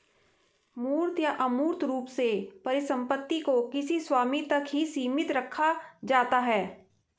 मूर्त या अमूर्त रूप से परिसम्पत्ति को किसी स्वामी तक ही सीमित रखा जाता है